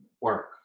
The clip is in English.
work